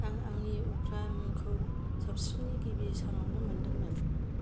आं आंनि उफ्रा मुंखौ सावस्रिनि गिबि सानावनो मोनदोंमोन